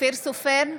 אופיר סופר,